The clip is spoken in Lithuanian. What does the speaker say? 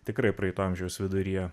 tikrai praeito amžiaus viduryje